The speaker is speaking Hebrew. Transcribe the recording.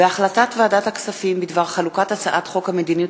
החלטת ועדת הכספים בדבר חלוקת הצעת חוק המדיניות